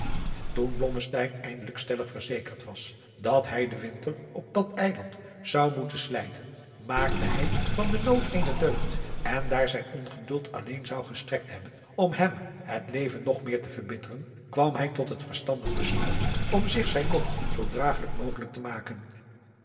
blommesteyn eindelijk stellig verzekerd was dat hij den winter op dat eiland zou moeten slijten maakte hij van den nood eene deugd en daar zijn ongeduld alleen zou gestrekt hebben om adriaan loosjes pzn het leven van johannes wouter blommesteyn hem het leven nog meer te verbitteren kwam hij tot het verstandig besluit om zich zijn lot zoo dragelijk mogelijk te maken